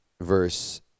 Verse